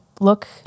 look